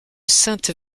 sainte